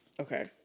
Okay